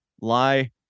lie